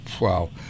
wow